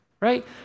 right